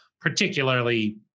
particularly